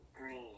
Green